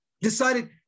decided